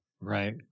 Right